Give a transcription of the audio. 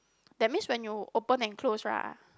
that means when you open and close lah